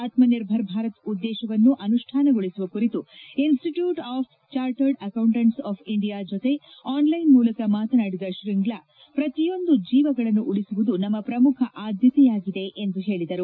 ಆತ್ಮ ನಿರ್ಭರ ಭಾರತ್ ಉದ್ದೇಶವನ್ನು ಅನುಷ್ಠಾನಗೊಳಿಸುವ ಕುರಿತು institute of chartered accountants of India ಜತೆ ಆನ್ ಲೈನ್ ಮೂಲಕ ಮಾತನಾಡಿದ ಶ್ರೀಂಗ್ಲಾ ಪ್ರತಿಯೊಂದು ಜೀವಗಳನ್ನು ಉಳಿಸುವುದು ನಮ್ಮ ಪ್ರಮುಖ ಆದ್ಯತೆಯಾಗಿದೆ ಎಂದು ಹೇಳಿದ್ದಾರೆ